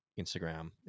Instagram